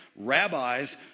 rabbis